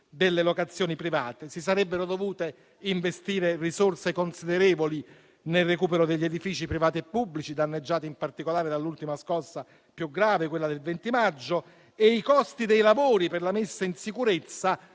delle locazioni private. Si sarebbero dovute investire risorse considerevoli nel recupero degli edifici privati e pubblici, danneggiati in particolare dall'ultima scossa più grave, quella del 20 maggio. E i costi dei lavori per la messa in sicurezza